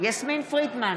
יסמין פרידמן,